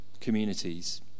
communities